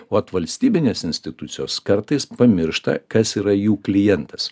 vat valstybinės institucijos kartais pamiršta kas yra jų klientas